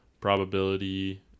probability